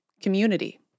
Community